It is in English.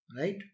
Right